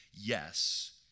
yes